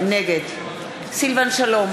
נגד סילבן שלום,